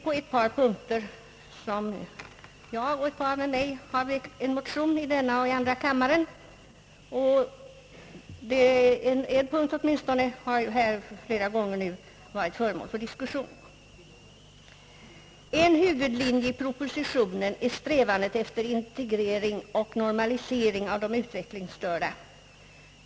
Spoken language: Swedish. På ett par punkter har jag och ett par ledamöter med mig väckt en motion i denna kammare och i andra kammaren, Åtminstone en av dessa punkter har här flera gånger varit föremål för diskussion. En huvudlinje i propositionen är strävandet efter integrering och normalisering av de utvecklingsstörda.